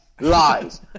lies